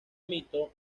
mito